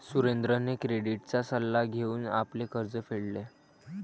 सुरेंद्रने क्रेडिटचा सल्ला घेऊन आपले कर्ज फेडले